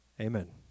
Amen